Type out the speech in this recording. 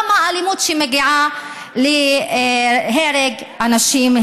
גם אלימות שמגיעה להרג אנשים,